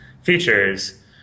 features